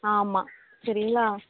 ஆமாம் சரிங்களா